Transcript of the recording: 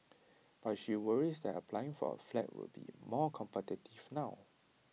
but she worries that applying for A flat will be more competitive now